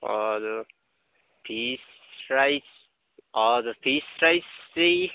हजुर fish rice हजुर fish rice चाहिँ